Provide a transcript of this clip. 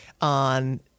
On